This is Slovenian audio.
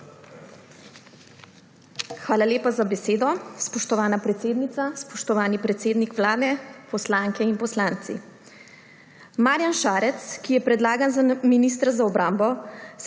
Hvala lepa za besedo. Spoštovana predsednica, spoštovani predsednik Vlade, poslanke in poslanci! Marjan Šarec, ki je predlagan za ministra za obrambo,